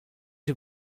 too